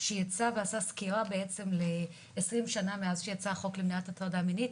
שעשה סקירה במלאות 20 שנה מאז שיצא החוק למניעת הטרדה מינית,